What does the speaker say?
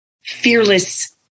fearless